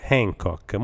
Hancock